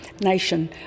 nation